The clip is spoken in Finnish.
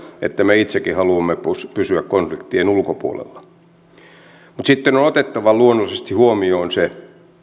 että me itsekin haluamme pysyä konf liktien ulkopuolella mutta sitten on on otettava luonnollisesti huomioon se